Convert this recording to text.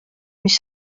mis